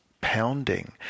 pounding